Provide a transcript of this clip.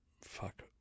Fuck